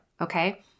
Okay